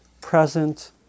present